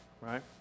right